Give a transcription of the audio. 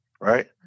right